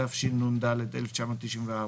התשנ"ד 1994,